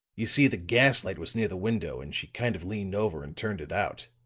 you see, the gas-light was near the window and she kind of leaned over and turned it out.